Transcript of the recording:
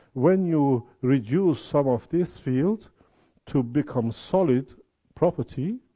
when you reduce some of this field to become solid property,